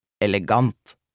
Elegant